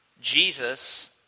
Jesus